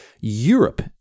Europe